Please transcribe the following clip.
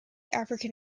african